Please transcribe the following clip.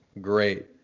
great